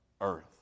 earth